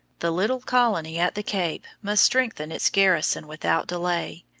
the little colony at the cape must strengthen its garrison without delay,